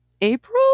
April